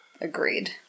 Agreed